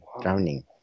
drowning